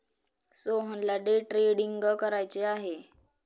सोहनला day trading करायचे आहे